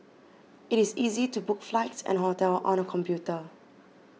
it is easy to book flights and hotels on the computer